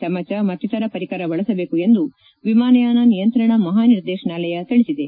ಚಮಚ ಮತ್ತಿತರ ಪರಿಕರ ಬಳಸಬೇಕು ಎಂದು ವಿಮಾನಯಾನ ನಿಯಂತ್ರಣ ಮಹಾ ನಿರ್ದೇಶನಾಲಯ ತಿಳಿಸಿದೆ